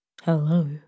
Hello